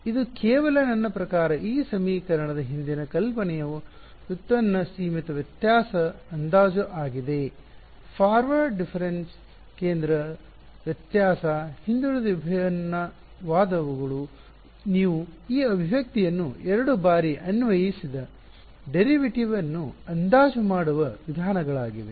ಇದು ಕೇವಲ ನನ್ನ ಪ್ರಕಾರ ಈ ಸಮೀಕರಣದ ಹಿಂದಿನ ಕಲ್ಪನೆಯು ವ್ಯುತ್ಪನ್ನ ಸೀಮಿತ ವ್ಯತ್ಯಾಸ ಅಂದಾಜು ಆಗಿದೆ ಫಾರ್ವರ್ಡ್ ಡಿಫರೆನ್ಸ್ ಕೇಂದ್ರ ವ್ಯತ್ಯಾಸ ಹಿಂದುಳಿದ ವಿಭಿನ್ನವಾದವುಗಳು ನೀವು ಈ ಅಭಿವ್ಯಕ್ತಿಯನ್ನು ಎರಡು ಬಾರಿ ಅನ್ವಯಿಸಿದ ಡೆರಿವಿಟಿವ್ ನ್ನು ಅಂದಾಜು ಮಾಡುವ ವಿಧಾನಗಳಾಗಿವೆ